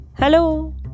Hello